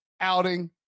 outing